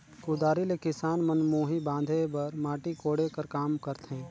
कुदारी ले किसान मन मुही बांधे कर, माटी कोड़े कर काम करथे